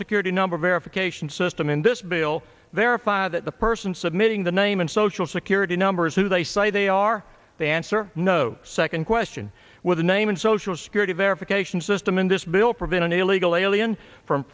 security number verification system in this bill verify that the person submitting the name and social security numbers who they say they are they answer no second question with a name and social security verification system in this bill prevent an illegal alien from